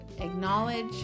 acknowledge